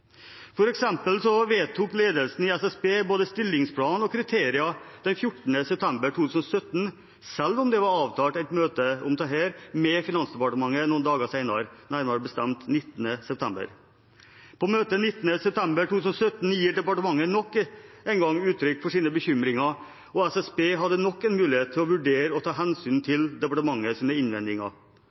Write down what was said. vedtok ledelsen i SSB både stillingsplan og kriterier den 14. september 2017, selv om det var avtalt et møte om dette med Finansdepartementet noen dager senere, nærmere bestemt 19. september. På møtet 19. september 2017 gir departementet nok en gang uttrykk for sine bekymringer, og SSB hadde nok en mulighet til å vurdere å ta hensyn til departementets innvendinger. 18. oktober 2017 ble departementet